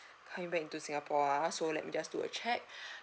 coming back into singapore ah so let me just do a check